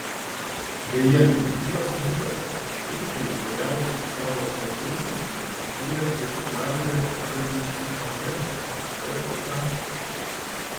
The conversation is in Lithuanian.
beje gyvas mitas kad pinkai geriausius savo albumus sukūrė prisivalgę haliucinogenų nėra tiesa